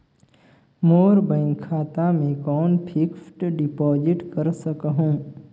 मोर bank खाता मे कौन फिक्स्ड डिपॉजिट कर सकहुं?